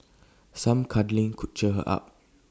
some cuddling could cheer her up